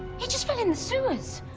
he just fell in the sewers!